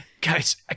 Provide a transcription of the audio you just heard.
guys